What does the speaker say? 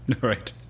right